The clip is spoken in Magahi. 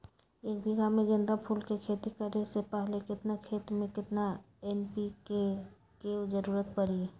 एक बीघा में गेंदा फूल के खेती करे से पहले केतना खेत में केतना एन.पी.के के जरूरत परी?